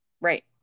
Right